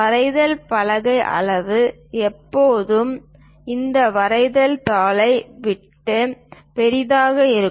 வரைதல் பலகை அளவு எப்போதும் இந்த வரைதல் தாளை விட பெரியதாக இருக்கும்